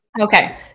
Okay